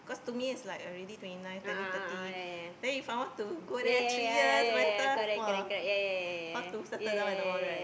cause to me I already twenty nine turning thirty then if I want to go there three year by the time !wah! how to settle down and all right